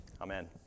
Amen